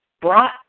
brought